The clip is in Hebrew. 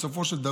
בסופו של דבר,